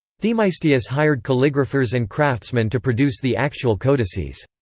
themeistius hired calligraphers and craftsman to produce the actual codices.